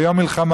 זה יום מלחמה.